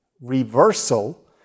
reversal